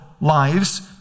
lives